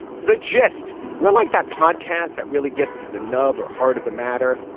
the gist we're like that podcast that really gets to the nub or heart of the matter.